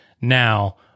now